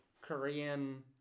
Korean